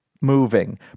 moving